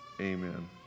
amen